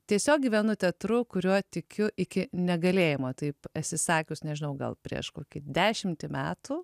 tiesiog gyvenu teatru kuriuo tikiu iki negalėjimo taip esi sakius nežinau gal prieš kokį dešimtį metų